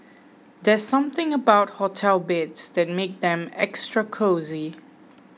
there's something about hotel beds that makes them extra cosy